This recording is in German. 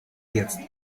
jetzt